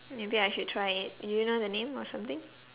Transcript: maybe I should try it do you know the name or something